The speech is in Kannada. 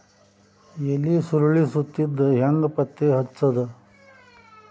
ಎಲಿ ಸುರಳಿ ಸುತ್ತಿದ್ ಹೆಂಗ್ ಪತ್ತೆ ಹಚ್ಚದ?